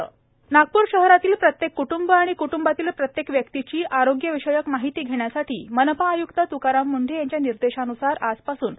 NMC corona सर्वेक्षण नागप्र शहरातील प्रत्येक क्ट्ंब आणि क्ट्ंबातील प्रत्येक व्यक्तीची आरोग्यविषयक माहिती घेण्यासाठी मनपा आयुक्त तुकाराम मुंढे यांच्या निर्देशानुसार आजपासून ता